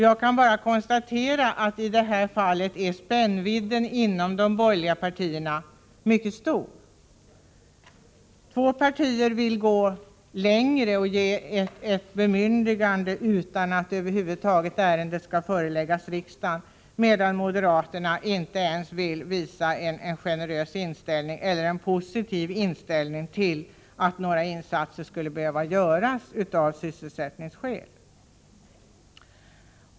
Jag kan bara konstatera att spännvidden i detta fall inom de borgerliga partierna är mycket stor. Två partier vill gå längre och ge regeringen bemyndigande utan att ärendet över huvud taget skall föreläggas riksdagen, medan moderaterna inte vill visa en generös eller ens positiv inställning till att några insatser kan behöva göras av sysselsättningsskäl.